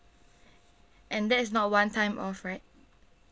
and that is not one time off right